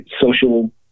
Social